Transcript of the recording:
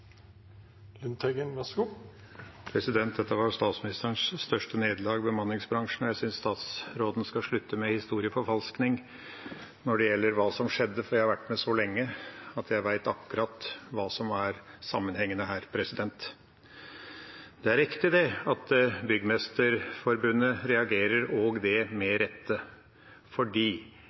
Dette var statsministerens største nederlag, bemanningsbransjen, og jeg synes statsråden skal slutte med historieforfalskning når det gjelder hva som skjedde. Jeg har vært med så lenge at jeg vet akkurat hva som er sammenhengene her. Det er riktig at Byggmesterforbundet reagerer, og det med rette,